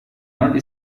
only